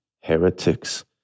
heretics